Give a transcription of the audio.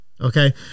Okay